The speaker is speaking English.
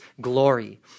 glory